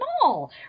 small